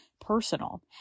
personal